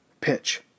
pitch